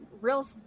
real